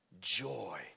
joy